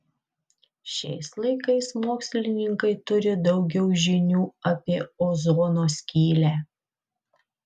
šiais laikais mokslininkai turi daugiau žinių apie ozono skylę